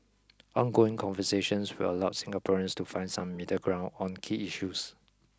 ongoing conversations will allow Singaporeans to find some middle ground on key issues